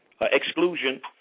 exclusion